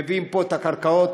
מביאים פה את הקרקעות,